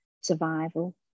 survival